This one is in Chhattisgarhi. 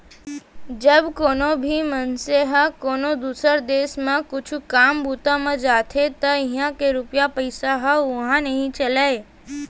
जब कोनो भी मनसे ह कोनो दुसर देस म कुछु काम बूता म जाथे त इहां के रूपिया पइसा ह उहां नइ चलय